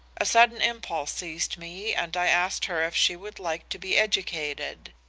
a sudden impulse seized me and i asked her if she would like to be educated.